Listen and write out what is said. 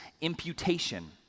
imputation